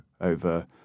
over